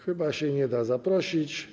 Chyba się nie da zaprosić.